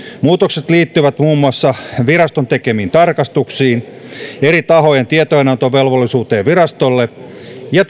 muutokset liittyvät muun muassa viraston tekemiin tarkastuksiin eri tahojen tietojenantovelvollisuuteen virastolle ja